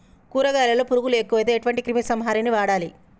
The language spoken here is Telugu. కూరగాయలలో పురుగులు ఎక్కువైతే ఎటువంటి క్రిమి సంహారిణి వాడాలి?